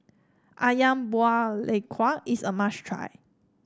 ayam Buah Keluak is a must try